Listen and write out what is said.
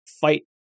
fight